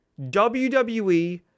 WWE